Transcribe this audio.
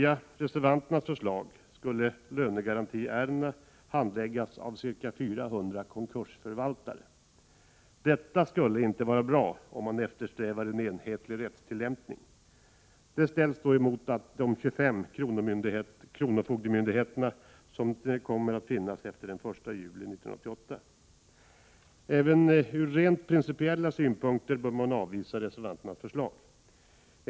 Om reservanternas förslag bifölls skulle lönegarantiärenden handläggas av ca 400 konkursförvaltare. Det skulle inte vara bra, om en enhetlig rättstilllämpning eftersträvas. Detta ställs mot de 25 kronofogdemyndigheter som kommer att finnas efter den 1 juli 1988. Även från rent principiella synpunkter bör reservanternas förslag avvisas.